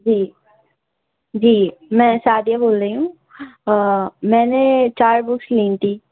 جی جی میں شادیہ بول رہی ہوں میں نے چار بکس لیں تھی